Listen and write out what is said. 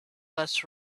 less